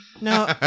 No